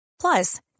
Plus